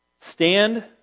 Stand